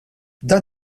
dan